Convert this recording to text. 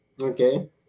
okay